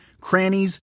crannies